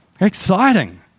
Exciting